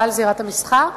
בעל זירת המסחר.